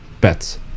bets